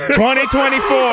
2024